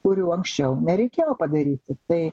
kurių anksčiau nereikėjo padaryti tai